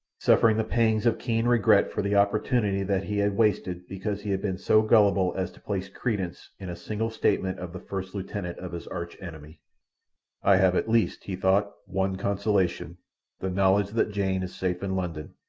suffering the pangs of keen regret for the opportunity that he had wasted because he had been so gullible as to place credence in a single statement of the first lieutenant of his arch-enemy. i have at least he thought, one consolation the knowledge that jane is safe in london.